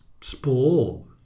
spore